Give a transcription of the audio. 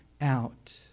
out